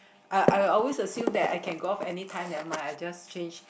I I always assume that I can go off anytime nevermind I just change